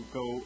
go